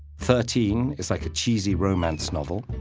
thirteen is like a cheesy romance novel,